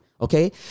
okay